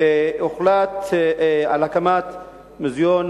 הוחלט על הקמת מוזיאון